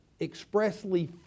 expressly